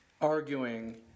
arguing